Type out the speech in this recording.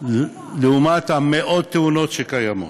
לעומת מאות התאונות שקיימות.